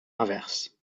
inverse